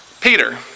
Peter